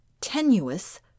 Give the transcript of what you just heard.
tenuous